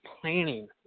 planning